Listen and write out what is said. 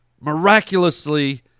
miraculously